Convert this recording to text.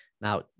Now